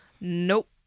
Nope